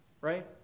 right